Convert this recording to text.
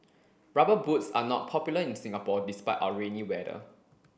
rubber boots are not popular in Singapore despite our rainy weather